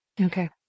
Okay